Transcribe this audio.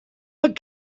but